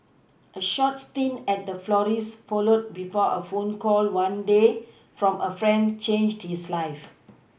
a short stint at a florist's followed before a phone call one day from a friend changed his life